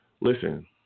Listen